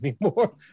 anymore